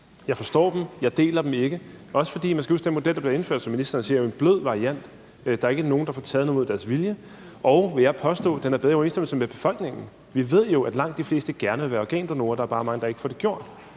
Jeg forstår dem. Jeg deler dem ikke. For man skal huske, at den model, der blev indført, jo er en blød variant, som ministeren siger. Der er ikke nogen, der får taget noget mod deres vilje, og den er, vil jeg påstå, bedre i overensstemmelse med befolkningen. Vi ved jo, at langt de fleste gerne vil være organdonorer; der er bare mange, der ikke får det gjort.